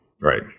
Right